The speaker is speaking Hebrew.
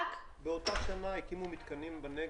באותה שנה הקימו מתקנים בנגב.